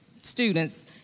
students